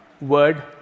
word